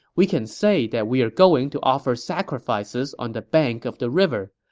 we can say that we are going to offer sacrifices on the bank of the river.